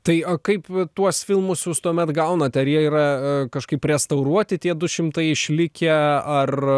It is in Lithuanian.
tai o kaip tuos filmus jūs tuomet gaunate ar jie yra kažkaip restauruoti tie du šimtai išlikę ar